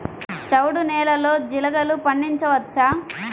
చవుడు నేలలో జీలగలు పండించవచ్చా?